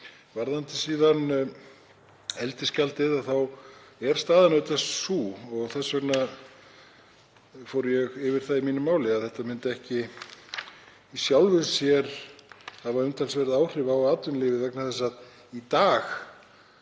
Varðandi eldisgjaldið þá er staðan auðvitað sú, og þess vegna fór ég yfir það í mínu máli, að þetta myndi ekki í sjálfu sér hafa umtalsverð áhrif á atvinnulífið vegna þess að í dag